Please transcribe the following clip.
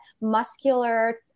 muscular